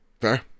Fair